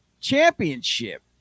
championship